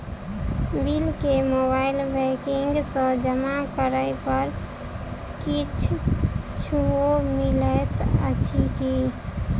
Bill केँ mobile banking सँ जमा करै पर किछ छुटो मिलैत अछि की?